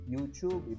YouTube